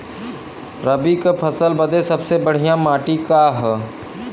रबी क फसल बदे सबसे बढ़िया माटी का ह?